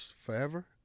forever